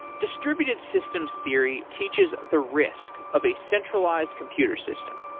distributed systems theory teaches the risk of a centralized computer system.